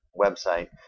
website